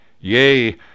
yea